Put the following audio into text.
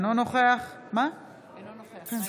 אינו נוכח מאי גולן,